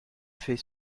fait